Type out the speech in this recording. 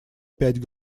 пять